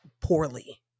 poorly